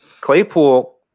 Claypool